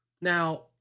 Now